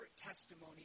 testimony